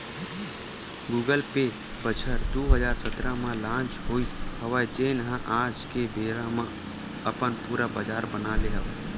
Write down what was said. Google Pay बछर दू हजार सतरा म लांच होइस हवय जेन ह आज के बेरा म अपन पुरा बजार बना ले हवय